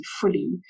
fully